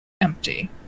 empty